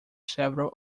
several